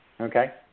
Okay